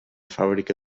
fàbrica